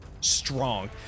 strong